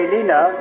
Lena